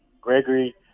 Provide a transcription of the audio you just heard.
Gregory